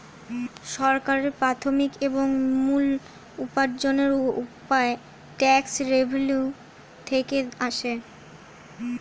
সরকারের প্রাথমিক এবং মূল উপার্জনের উপায় ট্যাক্স রেভেন্যু থেকে আসে